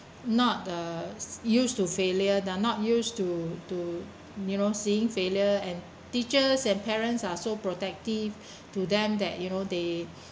not uh used to failure they're not used to to you know seeing failure and teachers and parents are so protective to them that you know they